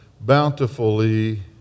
bountifully